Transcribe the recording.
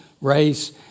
race